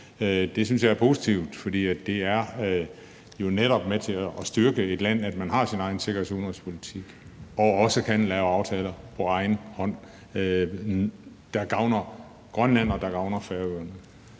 Det synes jeg er positivt, for det er jo netop med til at styrke et land, at man har sin egen sikkerheds- og udenrigspolitik og også kan lave aftaler på egen hånd, der gavner Grønland og der gavner Færøerne.